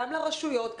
גם לרשויות,